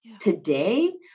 Today